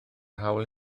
hawl